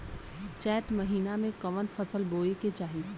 चैत महीना में कवन फशल बोए के चाही?